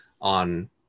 on